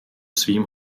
svým